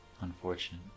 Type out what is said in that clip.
Unfortunate